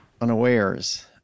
unawares